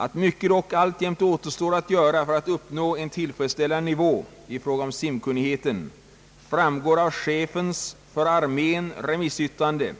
Att mycket dock alltjämt återstår att göra för att uppnå en tillfredsställande nivå i fråga om simkunnigheten framgår av chefens för armén remissyttrande,